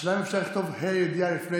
השאלה אם אפשר לכתוב ה"א הידיעה לפני